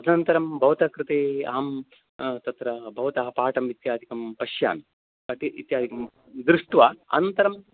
तदनन्तरं भवतः कृते अहं तत्र भवतः पाठं इत्यादिकं पश्यामि पाठे इत्यादिकं दृष्ट्वा अनन्तरं